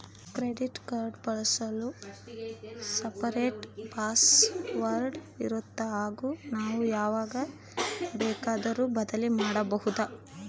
Credit card ಬಳಸಲು separate password ಇರುತ್ತಾ ಹಾಗೂ ನಾವು ಯಾವಾಗ ಬೇಕಾದರೂ ಬದಲಿ ಮಾಡಬಹುದಾ?